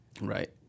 right